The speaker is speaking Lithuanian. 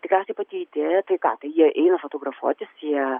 tikriausiai pati idėja tai ką tai jie eina fotografuotis jie